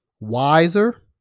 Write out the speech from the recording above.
wiser